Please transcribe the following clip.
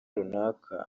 runaka